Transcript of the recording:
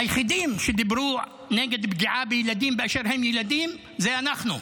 היחידים שדיברו נגד פגיעה בילדים באשר הם ילדים זה אנחנו.